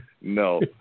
No